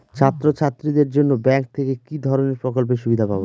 ছাত্রছাত্রীদের জন্য ব্যাঙ্ক থেকে কি ধরণের প্রকল্পের সুবিধে পাবো?